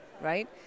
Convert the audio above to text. right